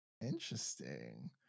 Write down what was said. Interesting